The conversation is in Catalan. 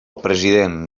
president